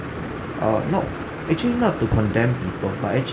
uh not actually not to condemn people but actually